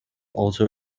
also